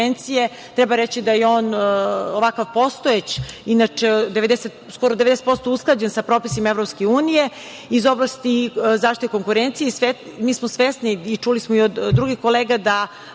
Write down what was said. treba reći da je on ovakav postojeći inače skoro 90% usklađen sa propisima EU iz oblasti zaštite konkurencije. Mi smo svesni i čuli smo i od drugih kolega da